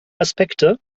aspekte